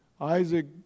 Isaac